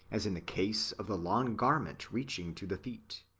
as in the case of the long garment reaching to the feet.